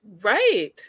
right